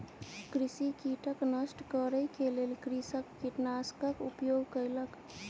कृषि कीटक नष्ट करै के लेल कृषक कीटनाशकक उपयोग कयलक